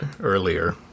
earlier